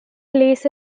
lace